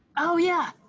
oh yeah.